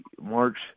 March